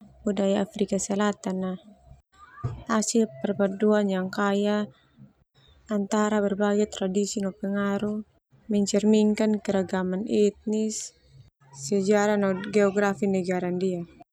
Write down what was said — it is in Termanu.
Budaya Afrika Selatan ah hasil perpaduan yang kaya antara berbagai tradisi no pengaruh, mencerminkan keragaman etnis, sejarah no geografi negara ndia.